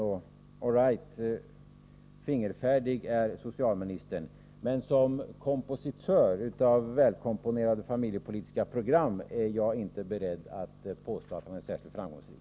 All right, fingerfärdig är socialministern, men som kompositör av välkomponerade familjepolitiska program är jag inte beredd att påstå att han är särskilt framgångsrik.